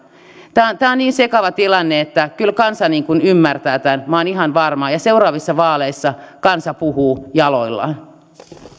tämä on niin sekava tilanne että kyllä kansa ymmärtää tämän minä olen ihan varma ja seuraavissa vaaleissa kansa puhuu jaloillaan